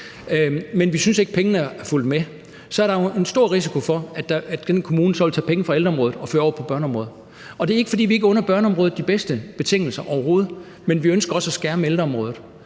men de synes ikke, pengene er fulgt med, så er der jo en stor risiko for, at den kommune så vil tage penge fra ældreområdet og føre over på børneområdet. Det er ikke, fordi vi ikke under børneområdet de bedste betingelser overhovedet, men vi ønsker også at skærme ældreområdet.